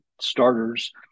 starters